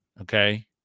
Okay